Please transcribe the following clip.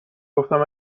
گفتم